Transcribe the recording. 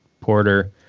Porter